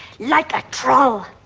like a troll,